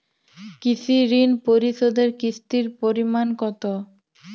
কৃষি ঋণ পরিশোধের কিস্তির পরিমাণ কতো?